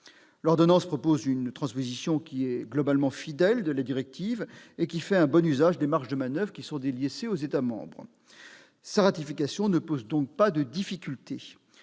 L'ordonnance prévoit une transposition globalement fidèle de la directive et fait bon usage des marges de manoeuvre laissées aux États membres. Sa ratification ne pose donc pas de difficulté.